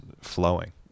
flowing